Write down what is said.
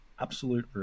absolute